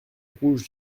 rouge